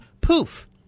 poof